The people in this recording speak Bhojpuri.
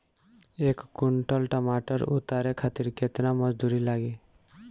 एक कुंटल टमाटर उतारे खातिर केतना मजदूरी लागी?